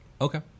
Okay